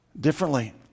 differently